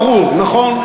ברור, נכון?